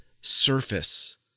surface